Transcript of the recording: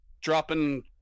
dropping